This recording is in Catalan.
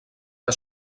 que